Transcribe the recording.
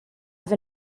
have